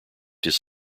his